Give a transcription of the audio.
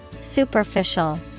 Superficial